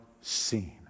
seen